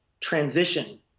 transition